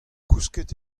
kousket